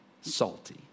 salty